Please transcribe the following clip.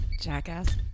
Jackass